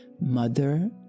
mother